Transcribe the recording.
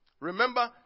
Remember